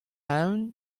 eeun